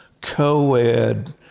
co-ed